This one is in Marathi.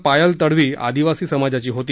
पायल तडवी आदीवासी समाजाची होती